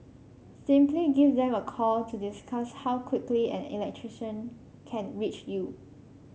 simply give them a call to discuss how quickly an electrician can reach you